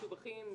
משובחים,